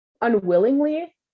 unwillingly